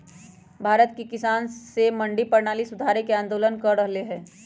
भारत के किसान स मंडी परणाली सुधारे ल आंदोलन कर रहल हए